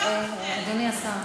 חברת הכנסת יעל פארן.